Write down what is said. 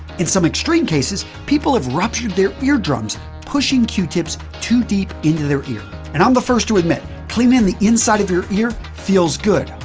in some extreme cases, people have ruptured their eardrums pushing q-tips too deep into their ear. and, i'm the first to admit, cleaning the inside of your ear feels good,